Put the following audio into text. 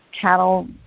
cattle